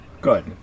Good